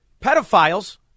pedophiles